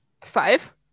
Five